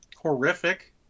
horrific